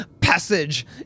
passage